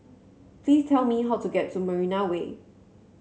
please tell me how to get to Marina Way